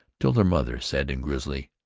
till their mother said in grizzly,